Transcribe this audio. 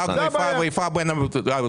לא נהגנו איפה ואיפה בין המגזרים.